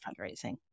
fundraising